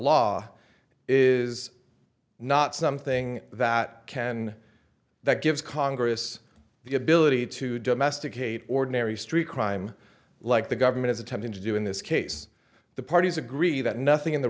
law is not something that can that gives congress the ability to domesticate ordinary street crime like the government is attempting to do in this case the parties agree that nothing in the